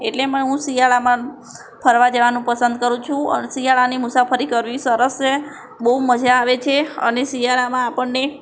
એટલે હું શિયાળામાં ફરવા જવાનું પસંદ કરું છું અને શિયાળાની મુસાફરી કરવી સરસ છે બહુ મજા આવે છે અને શિયાળામાં આપણને